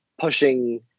pushing